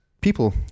people